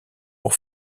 pour